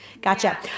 Gotcha